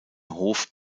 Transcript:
hof